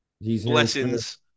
Blessings